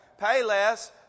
Payless